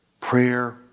prayer